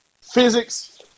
physics